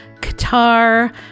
Qatar